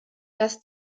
dass